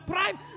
Prime